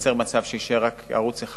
ייווצר מצב שיישאר רק ערוץ אחד,